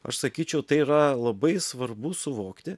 aš sakyčiau tai yra labai svarbu suvokti